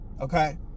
okay